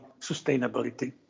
sustainability